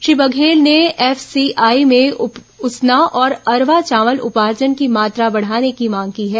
श्री बघेल ने एफसीआई में उसना और अरवा चावल उपार्जन की मात्रा बढ़ाने की मांग की है